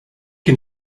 can